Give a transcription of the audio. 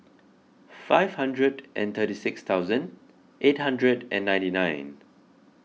five hundred and thirty six thousand eight hundred and ninety nine